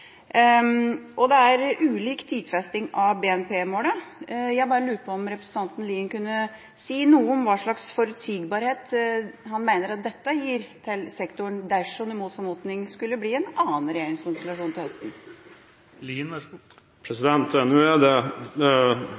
og det er ulik tidfesting av BNP-målet. Jeg bare lurte på om representanten Lien kunne si noe om hva slags forutsigbarhet han mener dette gir til sektoren, dersom det mot formodning skulle bli en annen regjeringskonstellasjon til høsten. Takk for gode ord. Det er